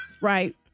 right